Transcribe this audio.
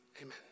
amen